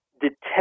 detect